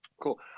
Cool